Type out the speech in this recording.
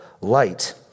light